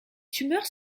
tumeurs